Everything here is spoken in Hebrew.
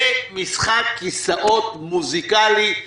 זה משחק כיסאות מוזיקליים,